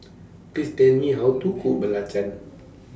Please Tell Me How to Cook Belacan